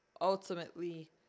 ultimately